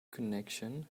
connection